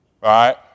right